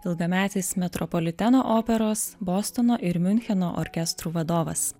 ilgametis metropoliteno operos bostono ir miuncheno orkestrų vadovas